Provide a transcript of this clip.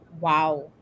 wow